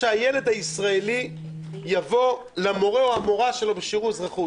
כשהילד הישראלי יבוא למורה שלו בשיעור אזרחות